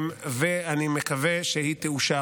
ואני מקווה שהיא תאושר.